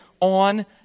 on